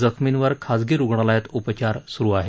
जखर्मीवर खासगी रूग्णालयात उपचार स्रू आहेत